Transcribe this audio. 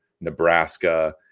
Nebraska